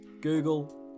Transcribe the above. Google